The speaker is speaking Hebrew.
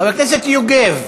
חבר הכנסת יוגב,